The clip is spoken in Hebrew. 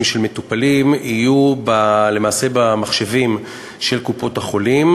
כלשהם של מטופלים יהיה למעשה במחשבים של קופות-החולים,